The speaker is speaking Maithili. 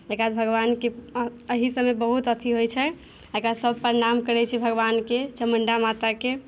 ताहिके बाद भगवानके अऽ एहि सभमे बहुत अथी होइत छै एकरा सभ प्रणाम करैत छी भगवानके चामुण्डा माताके